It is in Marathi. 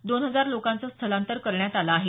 दोन हजार लोकांचं स्थलांतर करण्यात आलं आहे